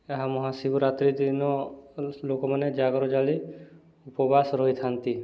ଏହା ମହାଶିବରାତ୍ରି ଦିନ ଲୋକମାନେ ଜାଗର ଜାଳି ଉପବାସ ରହିଥାନ୍ତି